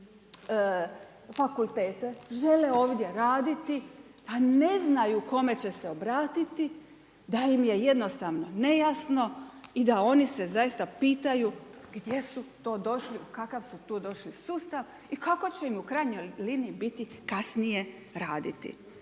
fakultete. Žele ovdje raditi, a ne znaju kome će se obratiti, da li im je jednostavno nejasno i da oni se zaista pitaju gdje su to došli, u kakav su to došli sustav i u kako će im u krajnjoj liniji biti kasnije raditi.